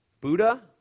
Buddha